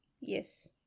Yes